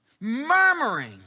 murmuring